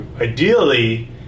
ideally